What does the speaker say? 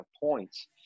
points